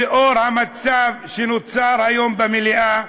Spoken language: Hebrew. לנוכח המצב שנוצר היום במליאה,